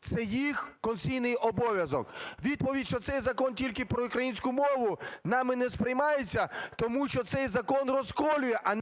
Це їх конституційний обов'язок. Відповідь, що цей закон тільки про українську мову, нами не сприймається тому, що цей закон розколює, а…